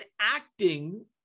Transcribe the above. acting